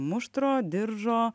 muštro diržo